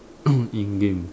in game